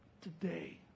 Today